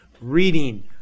reading